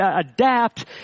adapt